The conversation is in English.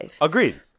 agreed